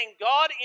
God